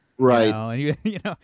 Right